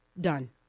Done